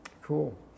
Cool